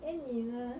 then 你呢